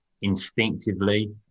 instinctively